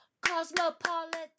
Cosmopolitan